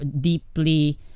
deeply